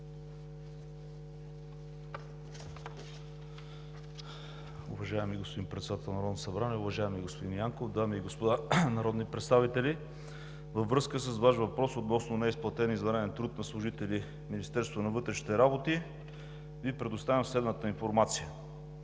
Ви предоставям следната информация.